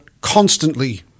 constantly